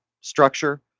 structure